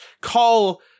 call